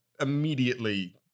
immediately